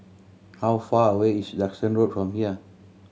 how far away is Duxton Road from here